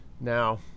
Now